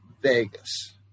Vegas